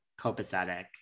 copacetic